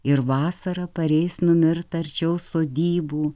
ir vasarą pareis numirt arčiau sodybų